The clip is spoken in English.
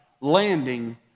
landing